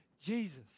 Jesus